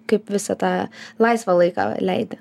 kaip visą tą laisvą laiką leidi